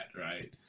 right